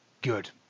Good